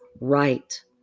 right